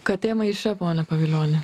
katė maiše pone pavilioni